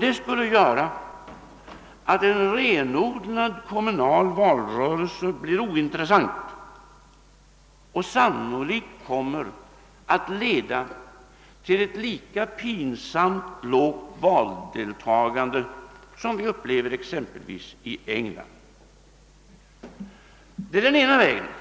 Det skulle göra att en renodlat kommunal valrörelse blir ointressant och sannolikt kommer att leda till ett lika pinsamt lågt valdeltagande som Idet som upplevs exempelvis i England. Det är den ena vägen.